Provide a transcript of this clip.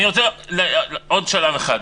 אני רוצה עוד שלב אחד.